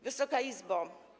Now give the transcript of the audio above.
Wysoka Izbo!